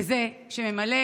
וזה שממלא